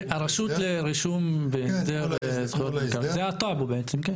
זה הרשות לרישום וזכויות מקרקעין, זה הטאבו בעצם.